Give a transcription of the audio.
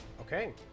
Okay